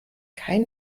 kein